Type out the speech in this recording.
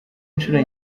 incuro